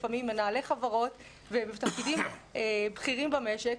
לפעמים מנהלי חברות ובתפקידים בכירים במשק,